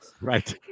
right